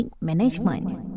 Management